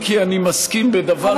אם כי אני מסכים בדבר אחד,